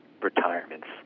retirements